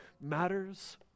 matters